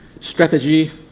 strategy